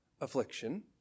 affliction